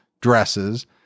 dresses